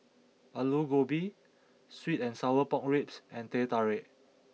Aloo Gobi Sweet and Sour Pork Ribs and Teh Tarik